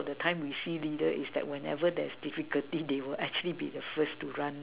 the time we see leader is that whenever there's difficulty they will actually be the first to run